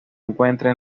encuentra